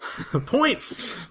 Points